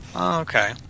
Okay